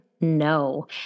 no